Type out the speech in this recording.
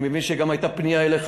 אני מבין שגם הייתה פנייה אליך,